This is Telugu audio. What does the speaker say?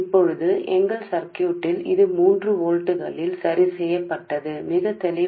ఇప్పుడు మా సర్క్యూట్లో ఇది మూడు వోల్ట్ల వద్ద స్థిరపడుతుంది